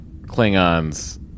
Klingons